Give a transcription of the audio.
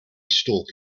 stalk